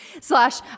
Slash